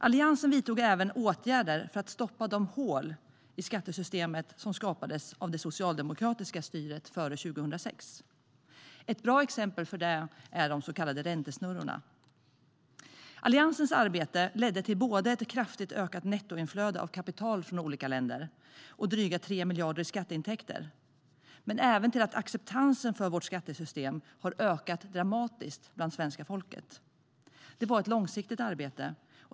Alliansen vidtog även åtgärder för att stoppa de hål i skattesystemet som skapades av det socialdemokratiska styret före 2006. Ett bra exempel på det är de så kallade räntesnurrorna. Alliansens arbete ledde till både ett kraftigt ökat nettoinflöde av kapital från olika länder och drygt 3 miljarder i skatteintäkter men även till att acceptansen för vårt skattesystem har ökat dramatiskt bland svenska folket. Det var ett långsiktigt arbete.